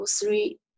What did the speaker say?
three